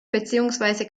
beziehungsweise